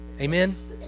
Amen